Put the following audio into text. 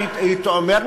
הייתי אומר,